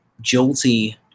jolty